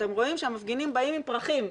אתם רואים שהמפגינים באים עם פרחים,